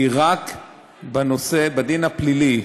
היא רק בנושא, בדין הפלילי.